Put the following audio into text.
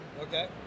Okay